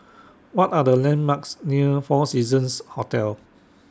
What Are The landmarks near four Seasons Hotel